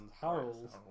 Harold